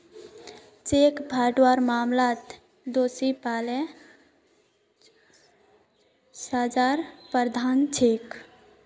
cheque फ्रॉडेर मामलात दोषी पा ल सजार प्रावधान छेक